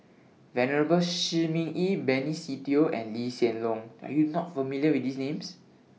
Venerable Shi Ming Yi Benny Se Teo and Lee Hsien Loong Are YOU not familiar with These Names